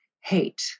hate